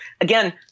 Again